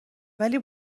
ولی